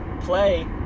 play